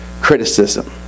criticism